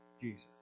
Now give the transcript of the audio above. Jesus